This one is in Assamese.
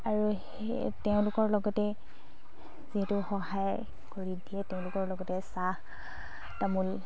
আৰু সেই তেওঁলোকৰ লগতে যিহেতু সহায় কৰি দিয়ে তেওঁলোকৰ লগতে চাহ তামোল